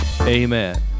amen